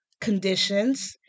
conditions